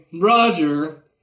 Roger